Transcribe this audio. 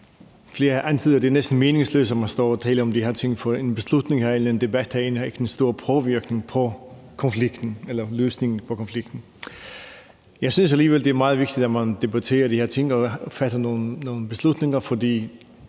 at det næsten er meningsløst at stå og tale om de her ting, fordi en beslutning eller en debat herinde ikke har den store påvirkning på løsningen af konflikten. Jeg synes alligevel, det er meget vigtigt, at man debatterer de her ting og træffer nogle beslutninger,